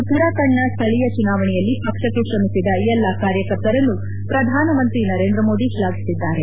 ಉತ್ತರಾಖಂಡ್ನ ಸ್ಥಳೀಯ ಚುನಾವಣೆಯಲ್ಲಿ ಪಕ್ಷಕ್ಕೆ ಶ್ರಮಿಸಿದ ಎಲ್ಲಾ ಕಾರ್ಯಕರ್ತರನ್ನು ಪ್ರಧಾನಮಂತ್ರಿ ನರೇಂದ್ರ ಮೋದಿ ಶ್ಲಾಫಿಸಿದ್ದಾರೆ